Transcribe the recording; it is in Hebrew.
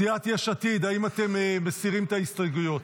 סיעת יש עתיד, האם אתם מסירים את ההסתייגויות?